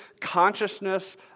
consciousness